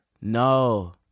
No